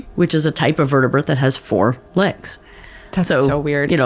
which is a type of vertebrate that has four legs. that's so weird. you know